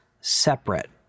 separate